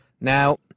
Now